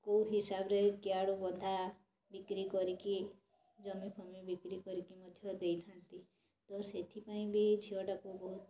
କେଉଁ ହିସାବରେ କୁଆଡ଼ୁ ବନ୍ଧା ବିକ୍ରି କରିକି ଜମି ଫମି ବିକ୍ରି କରିକି ମଧ୍ୟ ଦେଇଥାନ୍ତି ତ ସେଥିପାଇଁ ବି ଝିଅଟାକୁ ବହୁତ୍